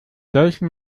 solchen